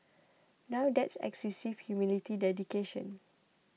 now that's excessive humility dedication